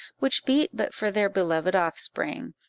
which beat but for their beloved offspring,